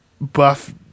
buff